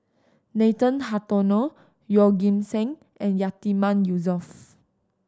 Nathan Hartono Yeoh Ghim Seng and Yatiman Yusof